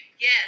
Yes